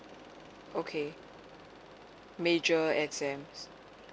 okay major exam